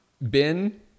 Ben